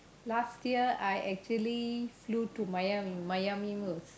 last year I actually flew to Miami Miami